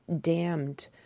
damned